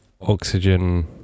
oxygen